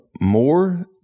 more